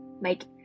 make